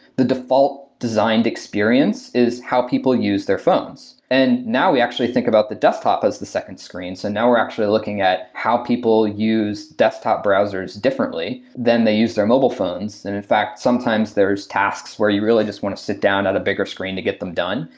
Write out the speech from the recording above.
the default designed experience is how people use their phones. and now we actually think about the desktop as the second screens and now we're actually looking at how people use desktop browsers differently than they use their mobile phones. and in fact, sometimes there're tasks where you really just want to sit down at a bigger screen to get them done.